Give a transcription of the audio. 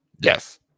Yes